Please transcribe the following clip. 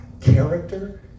character